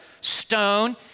stone